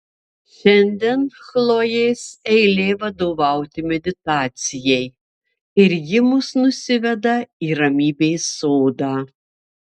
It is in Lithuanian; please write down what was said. šiandien chlojės eilė vadovauti meditacijai ir ji mus nusiveda į ramybės sodą